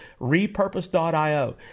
Repurpose.io